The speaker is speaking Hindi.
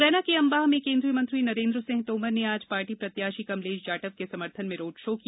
मुरैना के अंबाह में केन्द्रीय मंत्री नरेन्द्र सिंह तोमर ने आज पार्टी प्रत्याशी कमलेश जाटव के समर्थन में रोडशो किया